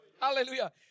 Hallelujah